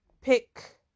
pick